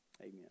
Amen